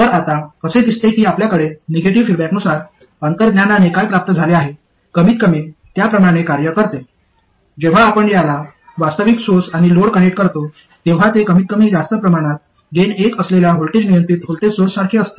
तर आता असे दिसते की आपल्याकडे निगेटिव्ह फीडबॅकनुसार अंतर्ज्ञानाने काय प्राप्त झाले आहे कमीतकमी त्याप्रमाणे कार्य करते जेव्हा आपण त्याला वास्तविक सोर्स आणि लोड कनेक्ट करतो तेव्हा ते कमीतकमी जास्त प्रमाणात गेन 1 असलेल्या व्होल्टेज नियंत्रित व्होल्टेज सोर्ससारखे असते